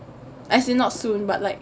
as in not soon but like